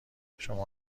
شما